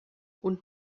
und